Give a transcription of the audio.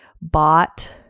bought